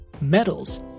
metals